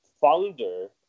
founder